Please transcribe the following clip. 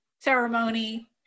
ceremony